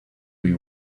you